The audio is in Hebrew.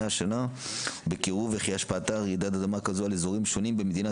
שנים בקירוב וכי השפעתה של רעידת אדמה כזו על אזורים שונים במדינה